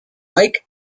mike